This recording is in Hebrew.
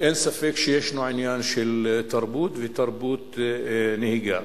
אין ספק שישנו עניין של תרבות ותרבות נהיגה.